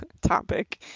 topic